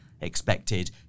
expected